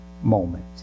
moment